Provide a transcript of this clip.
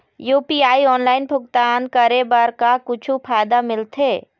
UPI online भुगतान करे बर का कुछू फायदा मिलथे?